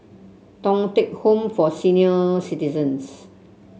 Thong Teck Home for Senior Citizens